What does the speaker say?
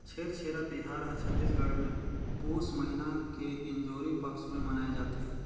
छेरछेरा तिहार हर छत्तीसगढ़ मे पुस महिना के इंजोरी पक्छ मे मनाए जथे